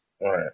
right